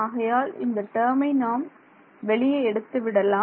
ஆகையால் இந்த டேர்மை நாம் வெளியே எடுத்துவிடலாம்